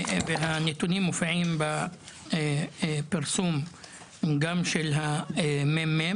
הנתונים מופיעים גם בפרסום של מרכז המחקר והמידע,